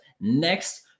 next